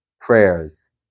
prayers